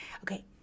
Okay